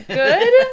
good